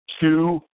two